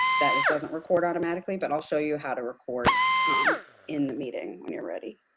that it doesn't record automatically, but i'll show you how to record um in the meeting when you're ready.